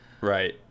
Right